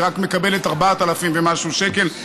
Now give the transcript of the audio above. היא מקבלת רק 4,000 ומשהו שקלים,